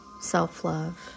self-love